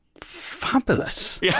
fabulous